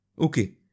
Okay